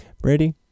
Brady